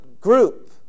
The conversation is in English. group